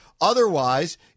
Otherwise